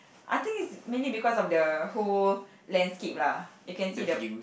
I think it's mainly because of the whole landscape lah you can see the